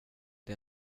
det